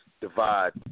divide